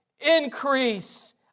Increase